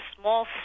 small